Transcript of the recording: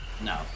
no